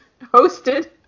hosted